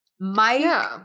Mike